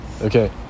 Okay